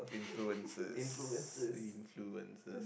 influencers influencers